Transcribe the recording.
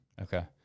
Okay